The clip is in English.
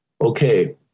okay